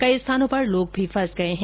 कई स्थानों पर लोग भी फंस गए हैं